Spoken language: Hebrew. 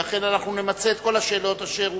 ואכן אנחנו נמצה את כל השאלות אשר הוגשו.